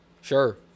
Sure